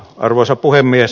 arvoisa puhemies